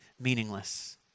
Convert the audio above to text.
meaningless